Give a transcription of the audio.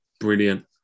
brilliant